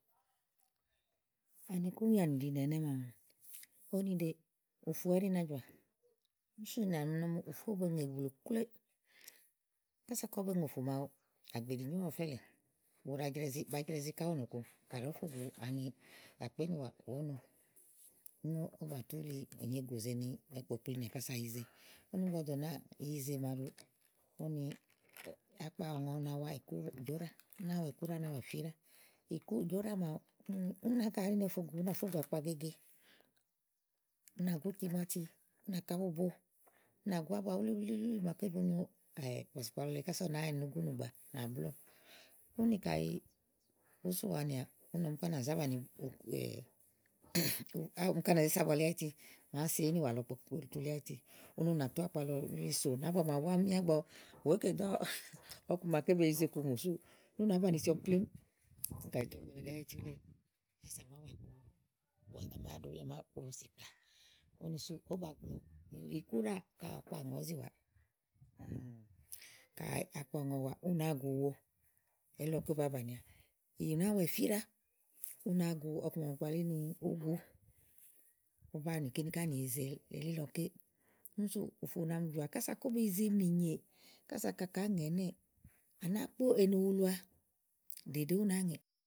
Ani ikúnyà nì ɖi nè ɛnɛ̀ maa ówo niɖe, ùfù ɛɖí na jɔ̀à úni sú ì nà mi nɔ ni ùfù ówó be ŋè blù klòè. kàsa kóbe ŋè ùfù màawu àgbèɖì nyòoówo ɔfɛ̀ lèe bù ɖa jra izi, ba jra izi ká ówó nɔ̀ku kàɖi ówó fo gùu ani àkpé ínìwà wòó no, úni ówó bà tu ni ènyegù nì zo kpòkpli kása ówó bà zé yize úni ígbɔ ɔwɔ dò nàáa yize màaɖu úni akpaɔ̀ŋɔ na wa ìku, ì jóɖá, ìkúɖá, nì ìfíɖá úni ìku, ìjóɖá màawu, úni náka ɛɖi no fo gu úni ú nà fó gùu akpagege, ù nà gú timáti, ú nà ká bubo, ú nà gú ábua wúlíwúlí màaké bo nyo bɔ̀sìkplà lɔ lèe kàsa ú nàa ni ugúnùgbàa, nàblɔ̀ɔ úni kàyi ùú sowàanìà úni ɔmi ká nà zá banìi, okù ɔmi ká nà zé se ábua li áyiti, ì náa se ínìwà lɔ kpòkpli tu li áyiti tè ú nà tú akpa lɔ yili sò nàábua màawu búá ígbɔ wèé ke íkeanì ɔku mabe yize iku mù súù, ú nàá banìi siɔmi plémú úni kayi ì tu ábua li áyiti wuléè, ì náà yili, à màa ɖo ùfù wulé kása à màa kpo bɔ̀sìkplà ówó ba gblɔ̀ ìkúɖáà kayi akpa ɔ̀ŋɔ ɔ̀ɔ́ zi waa kayi akpaɔ̀ŋɔ wàa, ú náa gu wo elílɔké ówó ba bànìà ìyì màa, úni wa ìfíɖá, ú náa gu ɔku màa ba kpalí ní uGu, ówó báa nì kìni yize elílɔké úni sú ùfù na mi jɔ̀à kása kó be yize mìnyè, kása ka kàáa ŋè ɛnɛ́ɛ̀, à nàá kpó enu wulua ɖèɖè ú náa ŋè.